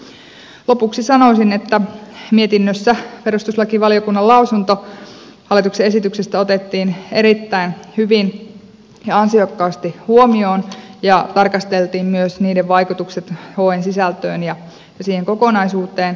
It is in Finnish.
lopuksi sanoisin että mietinnössä perustuslakivaliokunnan lausunto hallituksen esityksestä otettiin erittäin hyvin ja ansiokkaasti huomioon ja tarkasteltiin myös niiden vaikutukset hen sisältöön ja siihen kokonaisuuteen